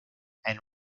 and